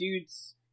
dude's